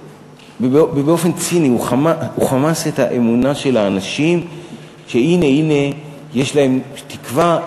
ובאופן ציני הוא חמס את האמונה של האנשים שהנה הנה יש להם תקווה,